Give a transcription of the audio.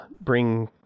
Bring